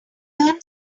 learn